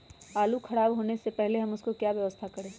आलू खराब होने से पहले हम उसको क्या व्यवस्था करें?